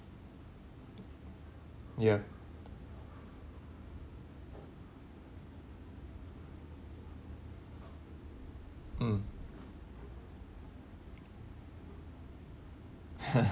ya mm